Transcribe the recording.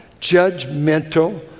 judgmental